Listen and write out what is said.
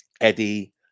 Eddie